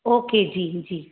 okay जी जी